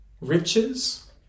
riches